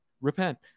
repent